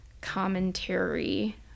commentary